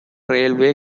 railway